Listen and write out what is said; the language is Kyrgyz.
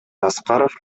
аскаров